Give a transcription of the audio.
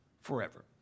forever